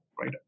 right